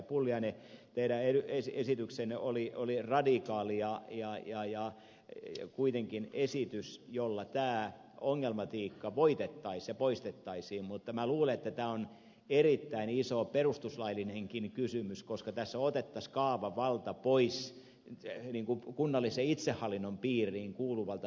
pulliainen teidän esityksenne oli radikaali ja kuitenkin esitys jolla tämä ongelmatiikka voitettaisiin ja poistettaisiin mutta minä luulen että tämä on erittäin iso perustuslaillinenkin kysymys koska tässä otettaisiin kaavavalta pois kunnallisen itsehallinnon piiriin kuuluvalta toimijalta